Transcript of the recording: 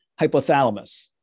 hypothalamus